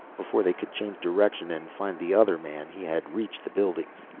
before they could change direction and find the other man he had reached the buildings.